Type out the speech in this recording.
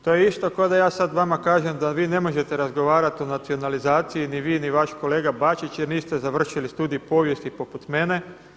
To je isto kao da ja sad vama kažem da vi ne možete razgovarati o nacionalizaciji, ni vi ni vaš kolega Bačić jer niste završili studij povijesti poput mene.